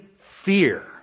fear